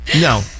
No